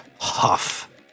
huff